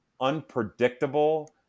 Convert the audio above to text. unpredictable